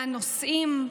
לאן נוסעים.